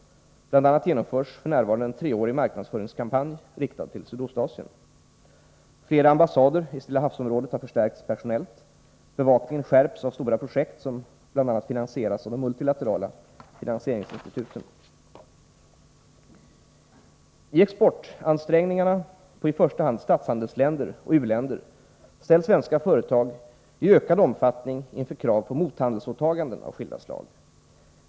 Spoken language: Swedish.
Bl. a. genomförs f. n. en treårig marknadsföringskampanj riktad till Sydostasien. Flera ambassader i Stilla havs-området har förstärkts personellt. Bevakningen skärps av stora projekt som bl.a. finansieras av de multilaterala finansieringsinstituten. I exportansträngningarna på i första hand statshandelsländer och u-länder ställs svenska företag i ökad omfattning inför krav på mothandelsåtaganden av skilda slag.